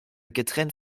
getrennt